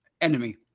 enemy